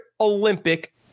Olympic